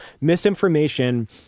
misinformation